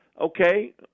Okay